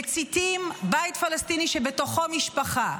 מציתים בית פלסטיני שבתוכו משפחה,